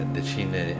decine